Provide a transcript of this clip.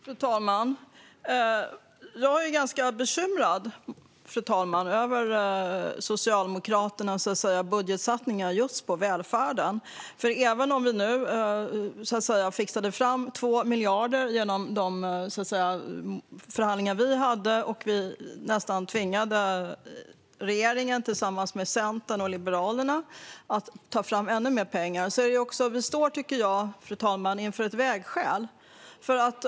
Fru talman! Jag är ganska bekymrad över Socialdemokraternas budgetsatsningar på välfärden. Vi fixade fram 2 miljarder genom de förhandlingar vi hade och nästan tvingade regeringen tillsammans med Centern och Liberalerna att ta fram ännu mer pengar. Men vi står, tycker jag, inför ett vägskäl.